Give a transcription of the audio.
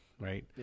right